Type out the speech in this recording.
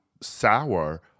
Sour